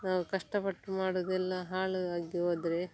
ನಾವು ಕಷ್ಟಪಟ್ಟು ಮಾಡುವುದೆಲ್ಲ ಹಾಳು ಆಗಿ ಹೋದ್ರೆ